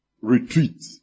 retreat